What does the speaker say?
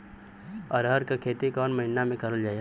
अरहर क खेती कवन महिना मे करल जाला?